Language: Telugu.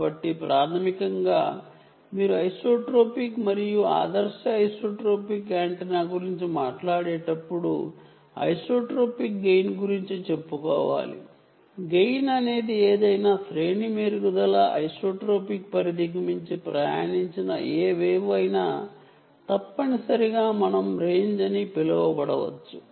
కాబట్టి ప్రాథమికంగా ఐసోట్రోపిక్ గెయిన్ 1 మరియు ఐడియల్ ఐసోట్రోపిక్ యాంటెన్నా గెయిన్ 1 ఏ వేవ్ అయినా ఐసోట్రోపిక్ పరిధికి మించి ప్రయాణించి ఉంటే తప్పనిసరిగా మనం రేంజ్ అని పిలువ వచ్చు